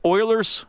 Oilers